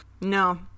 no